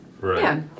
right